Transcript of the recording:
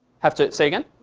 have to say again?